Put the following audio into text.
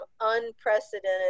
unprecedented